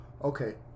Okay